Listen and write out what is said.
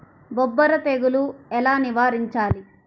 బొబ్బర తెగులు ఎలా నివారించాలి?